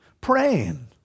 praying